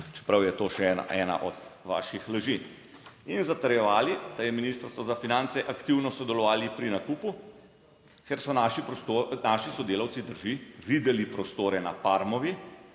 čeprav je to še ena od vaših laži, in zatrjevali, da je Ministrstvo za finance aktivno sodelovali pri nakupu, ker so naši, naši sodelavci, drži, videli prostore na Parmovi.